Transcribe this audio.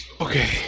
Okay